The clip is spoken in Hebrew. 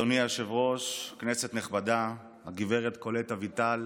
אדוני היושב-ראש, כנסת נכבדה, גב' קולט אביטל,